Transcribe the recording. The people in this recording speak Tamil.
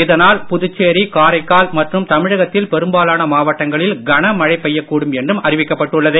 இதனால் புதுச்சேரி காரைக்கால் மற்றும் தமிழகத்தில் பெரும்பாலான மாவட்டங்களில் கனமழை பெய்யக் கூடும் என்றும் அறிவிக்கப்பட்டுள்ளது